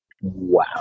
Wow